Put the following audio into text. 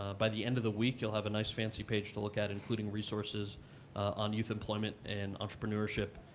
by the end of the week, you'll have a nice, fancy page to look at, including resources on youth employment and entrepreneurship.